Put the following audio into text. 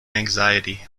anxiety